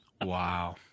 Wow